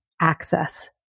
access